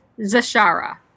Zashara